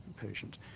patient